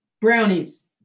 Brownies